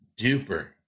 duper